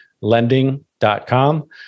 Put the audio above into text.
lending.com